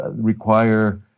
require